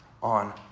on